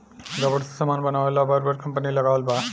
rubber से समान बनावे ला बर बर कंपनी लगावल बा